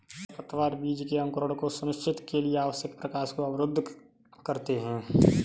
खरपतवार बीज के अंकुरण को सुनिश्चित के लिए आवश्यक प्रकाश को अवरुद्ध करते है